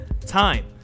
time